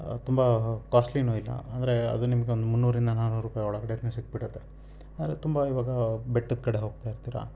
ತುಂಬ ಕಾಸ್ಟ್ಲಿನೂ ಇಲ್ಲ ಅಂದರೆ ಅದು ನಿಮ್ಗೆ ಒಂದು ಮುನ್ನೂರರಿಂದ ನಾನೂರು ರೂಪಾಯಿ ಒಳಗಡೆನೇ ಸಿಕ್ಕಿಬಿಡುತ್ತೆ ಆದರೆ ತುಂಬ ಇವಾಗ ಬೆಟ್ಟದ ಕಡೆ ಹೋಗ್ತಾ ಇರ್ತೀರ